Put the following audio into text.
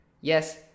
Yes